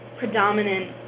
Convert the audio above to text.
predominant